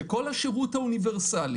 שכל השירות האוניברסלי